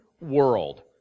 world